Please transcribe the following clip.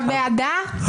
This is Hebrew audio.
לא